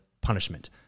punishment